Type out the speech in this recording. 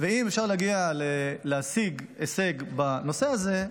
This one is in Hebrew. ואם אפשר להשיג הישג בנושא הזה,